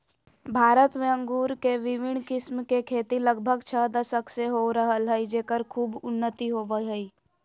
भारत में अंगूर के विविन्न किस्म के खेती लगभग छ दशक से हो रहल हई, जेकर खूब उन्नति होवअ हई